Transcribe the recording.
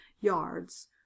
yards